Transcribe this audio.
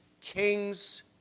kings